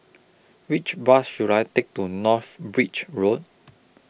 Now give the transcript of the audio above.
Which Bus should I Take to North Bridge Road